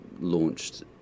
launched